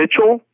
Mitchell